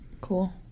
Cool